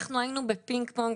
אנחנו היינו בפינג פונג,